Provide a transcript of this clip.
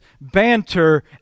banter